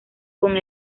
con